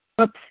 Oops